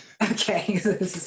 Okay